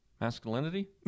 Masculinity